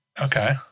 Okay